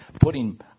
putting